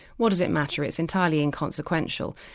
what does it matter? it's entirely inconsequential.